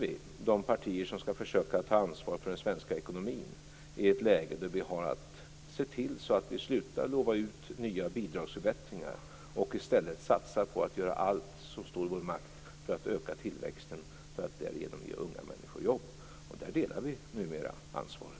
Nu sitter de partier som skall försöka ta ansvar för den svenska ekonomin i ett läge då vi har att se till så att vi slutar lova ut nya bidragsförbättringar och i stället satsar på att göra allt som står i vår makt för att öka tillväxten för att därigenom ge unga människor jobb. Där delar vi numera ansvaret.